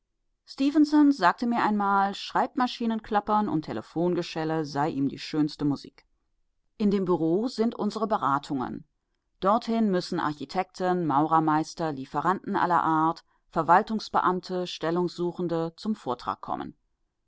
sagte mir einmal schreibmaschinenklappern und telephongeschelle sei ihm die schönste musik in dem büro sind unsere beratungen dorthin müssen architekten maurermeister lieferanten aller art verwaltungsbeamte stellungsuchende zum vortrag kommen